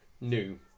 new